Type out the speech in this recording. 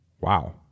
wow